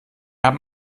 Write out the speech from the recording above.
haben